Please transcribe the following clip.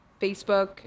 facebook